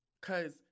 cause